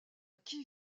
qui